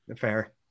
Fair